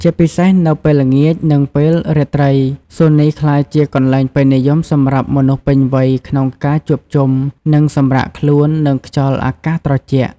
ជាពិសេសនៅពេលល្ងាច និងពេលរាត្រី សួននេះក្លាយជាកន្លែងពេញនិយមសម្រាប់មនុស្សពេញវ័យក្នុងការជួបជុំ និងសម្រាកខ្លួន និងខ្យល់អាកាសត្រជាក់។